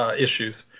ah issues.